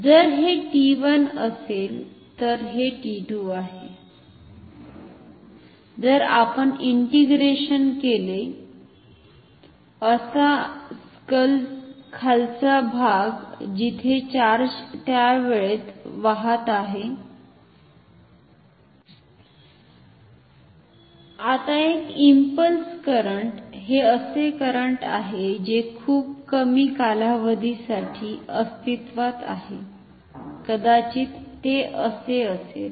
जर हे t1 असेल तर हे t2 आहे जर आपण इंटिग्रेशन केले असा स्कल खालचा भाग जिथे चार्ज त्या वेळेत वाहत आहे आता एक इंपल्स करंट हे असे करंट आहे जे खुप कमी कालावधीसाठी अस्तित्वात आहे कदाचित ते असे असेल